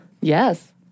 Yes